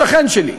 שכן שלי,